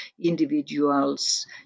individuals